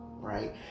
Right